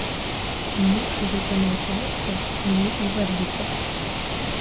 niekšui reikia ne atleisti o jį įvardyti